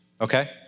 okay